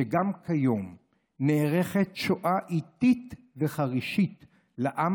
שכן גם כיום נערכת שואה איטית וחרישית לעם